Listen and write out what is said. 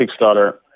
Kickstarter